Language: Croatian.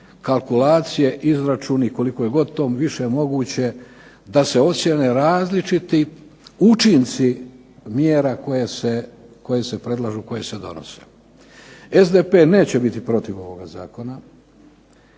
kalkulacije, izračuni koliko je god to više moguće da se ocijene različiti učinci mjera koje se predlažu, koje se donose. SDP neće biti protiv ovoga zakona,